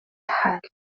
حال